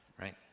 right